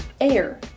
AIR